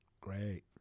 great